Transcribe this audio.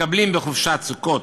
מקבלים בחופשת סוכות,